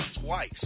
twice